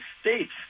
states